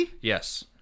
yes